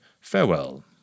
farewell